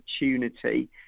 opportunity